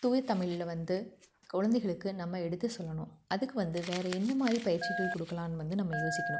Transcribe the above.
தூய தமிழில வந்து குழந்தைகளுக்கு நம்ம எடுத்துச் சொல்லணும் அதுக்கு வந்து வேறு என்ன மாதிரி பயிற்சிகள் கொடுக்கலான்னு வந்து நம்ம யோசிக்கணும்